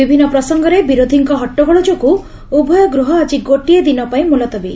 ବିଭିନ୍ନ ପ୍ରସଙ୍ଗରେ ବିରୋଧିଙ୍କ ହଟ୍ଟଗୋଳ ଯୋଗୁଁ ଉଭୟ ଗୃହ ଆଜି ଗୋଟିଏ ଦିନପାଇଁ ମୁଲତବୀ